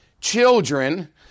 children